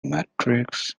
matrix